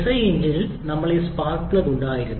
SI എഞ്ചിനിൽ ഞങ്ങൾക്ക് ഈ സ്പാർക്ക് പ്ലഗ് ഉണ്ടായിരുന്നു